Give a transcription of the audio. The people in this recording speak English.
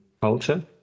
culture